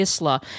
ISLA